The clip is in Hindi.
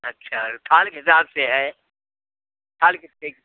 अच्छा और थाल के हिसाब से है थाल कितने